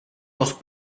los